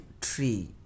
tree